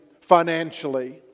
financially